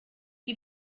die